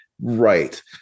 right